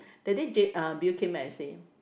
that day Jade uh Bill came back and say